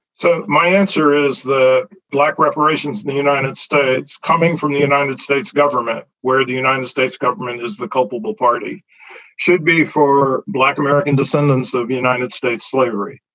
so my answer is the black reparations in the united states coming from the united states government where the united states government is the culpable party should be for black american descendants of the united states, slavery,